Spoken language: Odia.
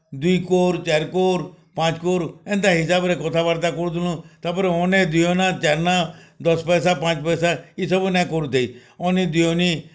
ଦୁଇ କୋର୍ ଚାରି କୋର୍ ପାଞ୍ଚ କୋର୍ ଏନ୍ତା ହିସାବରେ କଥା ବାର୍ତା କରୁଥିନୁ ତା'ପରେ ଅନେ ଦିଅନା ଚାରି ଅନା ଦଶ୍ ପଇସା ପାଞ୍ଚ ପଇସା ଇସବୁ ନାଇଁ କରୁତେ ଅନି ଦିଅନି